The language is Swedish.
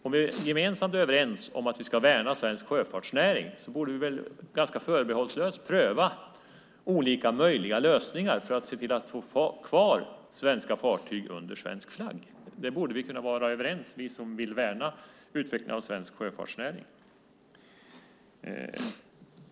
Om vi gemensamt är överens om att vi ska värna svensk sjöfartsnäring borde vi väl ganska förbehållslöst pröva olika möjliga lösningar för att se till att ha kvar svenska fartyg under svensk flagg. Det borde vi kunna vara överens om, vi som vill värna utvecklingen av svensk sjöfartsnäring.